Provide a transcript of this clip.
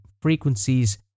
frequencies